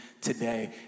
today